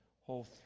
whole